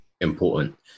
important